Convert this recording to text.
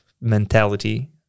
mentality